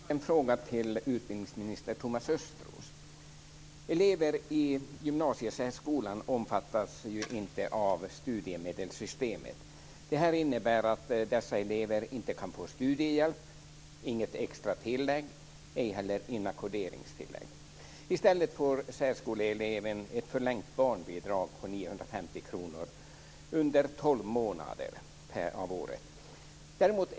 Fru talman! Jag har en fråga till utbildningsminister Thomas Östros. Elever i gymnasiesärskolan omfattas ju inte av studiemedelssystemet. Det innebär att dessa elever inte kan få studiehjälp. De får inget extra tillägg eller inackorderingstillägg. I stället får särskoleeleven ett förlängt barnbidrag på 950 kr under tolv månader av året.